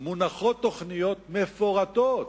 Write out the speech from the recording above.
מונחות תוכניות מפורטות,